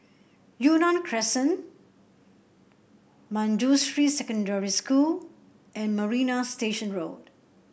Yunnan Crescent Manjusri Secondary School and Marina Station Road